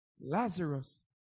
Lazarus